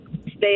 stay